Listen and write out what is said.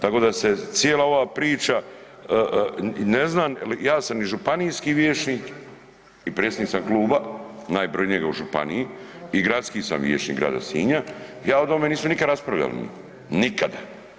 Tako da se cijela ova priča, ne znam ja sam i županijski vijećnik i predsjednik sam kluba najbrojnijega u županiji i gradski sam vijećnik Grada Sinja ja od ovome nismo nikad raspravljali … nikada.